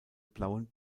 blauen